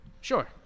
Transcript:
Sure